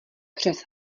přes